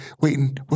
waiting